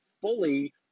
fully